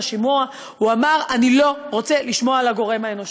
השימוע: אני לא רוצה לשמוע על הגורם האנושי.